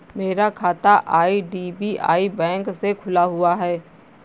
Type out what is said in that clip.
मेरा खाता IDBI bank में खुला हुआ है